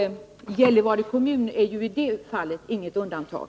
Gällivare kommun är i det fallet inget undantag.